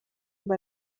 mba